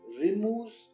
removes